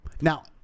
Now